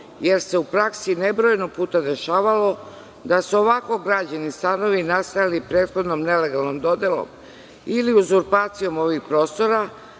jer se u praksi nebrojeno puta dešavalo da su ovako građeni stanovi nastajali prethodno nelegalnom dodelom ili uzurpacijom ovih prostora,